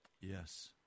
Yes